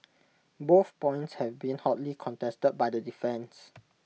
both points have been hotly contested by the defence